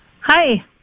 Hi